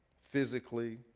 physically